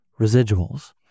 residuals